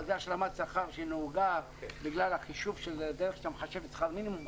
אבל זו השלמת שכר שנהוגה בגלל הדרך שאתה מחשב את שכר המינימום.